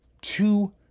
Two